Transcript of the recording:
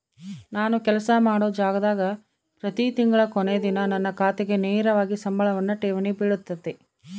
ನಾನು ಕೆಲಸ ಮಾಡೊ ಜಾಗದಾಗ ಪ್ರತಿ ತಿಂಗಳ ಕೊನೆ ದಿನ ನನ್ನ ಖಾತೆಗೆ ನೇರವಾಗಿ ಸಂಬಳವನ್ನು ಠೇವಣಿ ಬಿಳುತತೆ